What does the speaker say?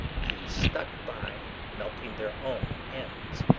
he stuck, by melting their own ends,